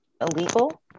illegal